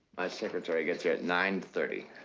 secretary gets here at nine thirty.